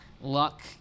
luck